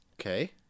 Okay